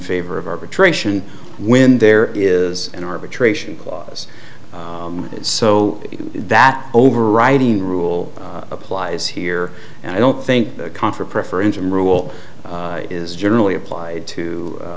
favor of arbitration when there is an arbitration clause so that overriding rule applies here and i don't think contra preferential rule is generally applied to